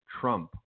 Trump